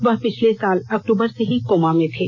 वह पिछले साल अक्तूबर से ही कोमा में थे